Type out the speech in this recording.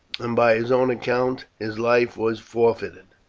and by his own account his life was forfeited,